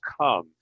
come